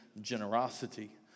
generosity